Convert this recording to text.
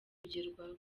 kugerwaho